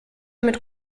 mit